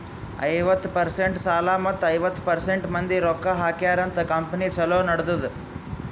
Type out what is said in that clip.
ಐವತ್ತ ಪರ್ಸೆಂಟ್ ಸಾಲ ಮತ್ತ ಐವತ್ತ ಪರ್ಸೆಂಟ್ ಮಂದಿ ರೊಕ್ಕಾ ಹಾಕ್ಯಾರ ಅಂತ್ ಕಂಪನಿ ಛಲೋ ನಡದ್ದುದ್